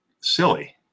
silly